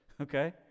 okay